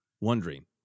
wondering